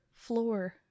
Floor